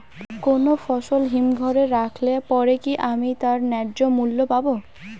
কোনো ফসল হিমঘর এ রাখলে পরে কি আমি তার ন্যায্য মূল্য পাব?